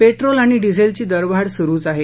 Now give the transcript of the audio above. petrol आणि डिझेलची दरवाढ सुरुच आहे